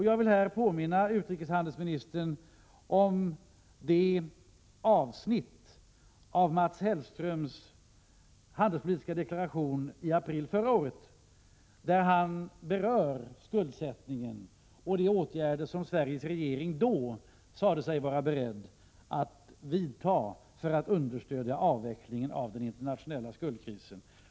Jag vill här påminna utrikeshandelsministern om det avsnitt av Mats Hellströms handelspolitiska deklaration i april förra året, där han berör skuldsättningen och de åtgärder som Sveriges regering då sade sig vara beredd att vidta för att understödja avvecklingen av den internationella skuldkrisen.